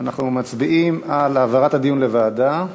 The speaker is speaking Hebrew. אנחנו מצביעים על העברת הדיון לוועדה.